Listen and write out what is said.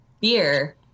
beer